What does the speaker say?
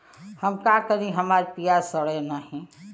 हम का करी हमार प्याज सड़ें नाही?